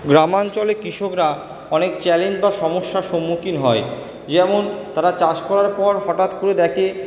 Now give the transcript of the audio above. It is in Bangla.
গ্রামাঞ্চলে কৃষকরা অনেক চ্যালেঞ্জ বা সমস্যার সম্মুখীন হয় যেমন তারা চাষ করার পর হঠাৎ করে দেখে